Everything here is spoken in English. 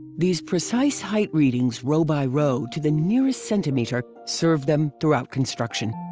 these precise height readings, row by row, to the nearest centimeter served them throughout construction.